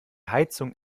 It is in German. heizung